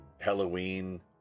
Halloween